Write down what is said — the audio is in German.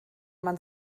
man